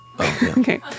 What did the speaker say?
Okay